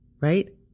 right